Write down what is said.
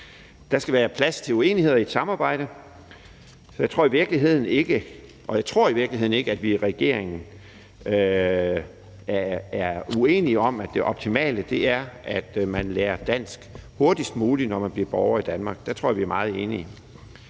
Der skal være plads til uenigheder i et samarbejde. Jeg tror i virkeligheden ikke, at vi i regeringen er uenige om, at det optimale er, at man lærer dansk hurtigst muligt, når man bliver borger i Danmark; der tror jeg, vi er meget enige.